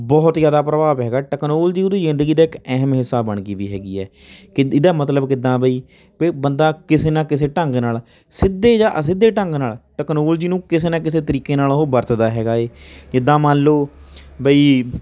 ਬਹੁਤ ਹੀ ਜ਼ਿਆਦਾ ਪ੍ਰਭਾਵ ਹੈਗਾ ਟਕਨੋਲਜੀ ਉਹਦੀ ਜ਼ਿੰਦਗੀ ਦਾ ਇੱਕ ਅਹਿਮ ਹਿੱਸਾ ਬਣ ਗੀ ਵੀ ਹੈਗੀ ਹੈ ਕਿ ਇਹਦਾ ਮਤਲਬ ਕਿੱਦਾਂ ਬਈ ਪਈ ਬੰਦਾ ਕਿਸੇ ਨਾ ਕਿਸੇ ਢੰਗ ਨਾਲ਼ ਸਿੱਧੇ ਜਾਂ ਅਸਿੱਧੇ ਢੰਗ ਨਾਲ਼ ਟਕਨੋਲਜੀ ਨੂੰ ਕਿਸੇ ਨਾ ਕਿਸੇ ਤਰੀਕੇ ਨਾਲ਼ ਉਹ ਵਰਤਦਾ ਹੈਗਾ ਹੈ ਜਿੱਦਾਂ ਮੰਨ ਲਓ ਬਈ